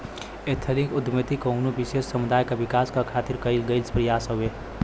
ethnic उद्दमिता कउनो विशेष समुदाय क विकास क खातिर कइल गइल प्रयास हउवे